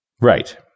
Right